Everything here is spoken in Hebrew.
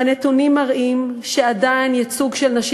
והנתונים מראים שעדיין הייצוג של נשים